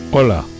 Hola